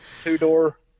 two-door